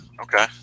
okay